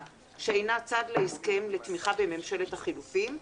שאינה צד להסכם לתמיכה בממשלת החילופים,